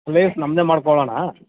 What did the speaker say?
place ನಮ್ಮದೆ ಮಾಡ್ಕೊಳ್ಳೋಣ